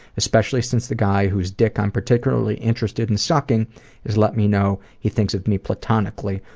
especially since the guy whose dick i'm particularly interested in sucking has let me know he thinks of me platonically.